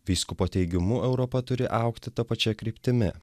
vyskupo teigimu europa turi augti ta pačia kryptimi